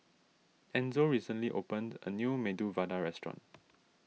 Enzo recently opened a new Medu Vada restaurant